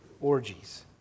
orgies